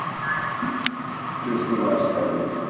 your answer. just the last sentence.